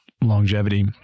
longevity